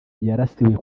yarasiwe